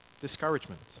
discouragement